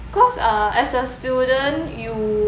because uh as a student you